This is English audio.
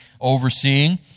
overseeing